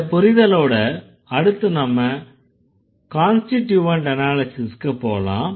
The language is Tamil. இந்த புரிதலோட அடுத்து நாம கான்ஸ்டிட்யூவன்ட் அனாலிஸிஸ்க்கு போகலாம்